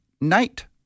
night